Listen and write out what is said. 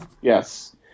Yes